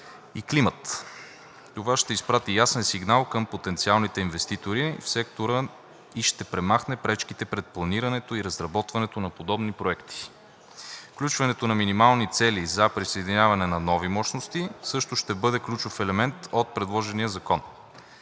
климат“. Това ще изпрати ясен сигнал към потенциалните инвеститори в сектора и ще премахне пречките пред планирането и разработването на подобни проекти. Включването на минимални цели за присъединяване на нови мощности също ще бъде ключов елемент от предложения закон.